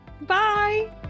bye